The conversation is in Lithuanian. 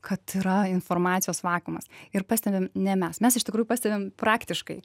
kad yra informacijos vakuumas ir pastebim ne mes mes iš tikrųjų pastebim praktiškai